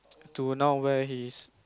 to now where he is